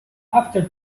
after